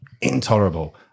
intolerable